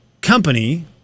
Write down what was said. company